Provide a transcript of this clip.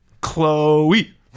Chloe